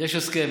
יש הסכם,